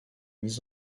mis